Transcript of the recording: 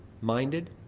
minded